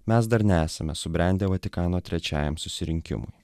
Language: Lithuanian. mes dar nesame subrendę vatikano trečiajam susirinkimui